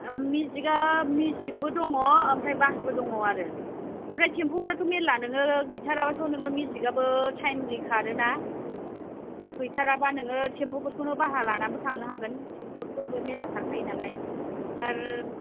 मेजिकआ मेजिकबो दङ ओमफ्राय बासबो दङ आरो ओमफ्राय टेम्प'फोराथ' मेल्ला नोङो गैथाराबाथ' नोङो मेजिकआबो टाइमलि खारोना गैथाराबा नोङो टेम्प'फोरखौनो भारा लानानैबाबो थांनो हागोन टेम्प'फोरबो मेल्ला खारखायो नालाय आरो